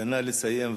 נא לסיים.